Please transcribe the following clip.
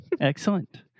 Excellent